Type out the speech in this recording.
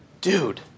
dude